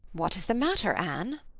what is the matter, anne?